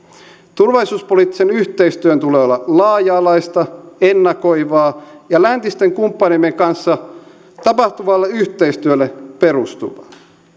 turvallisuuspoliittisen yhteistyön tulee olla laaja alaista ennakoivaa ja läntisten kumppaneidemme kanssa tapahtuvalle yhteistyölle perustuvaa